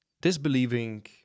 disbelieving